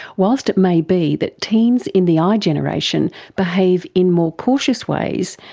whilst it may be that teens in the igeneration behave in more cautious ways,